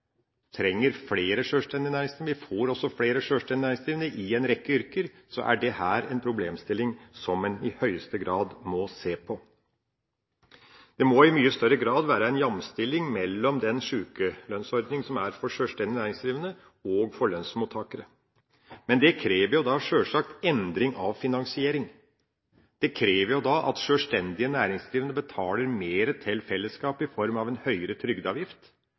trenger flere sjølstendig næringsdrivende – vi får også flere sjølstendig næringsdrivende – i en rekke yrker, er dette en problemstilling som en i høyeste grad må se på. Det må i mye større grad være en jamstilling mellom den sjukelønnsordninga som er for sjølstendig næringsdrivende, og den som er for lønnsmottakere. Det krever sjølsagt endring av finansiering. Det krever at sjølstendig næringsdrivende betaler mer til fellesskapet i form av en høyere trygdeavgift,